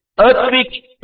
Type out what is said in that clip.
earthquake